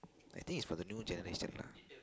I think is for the new generation lah